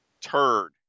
Turd